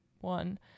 one